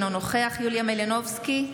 אינו נוכח יוליה מלינובסקי,